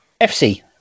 FC